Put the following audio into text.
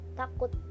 takut